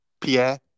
Pierre